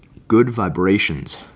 good vibrations.